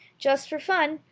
just for fun,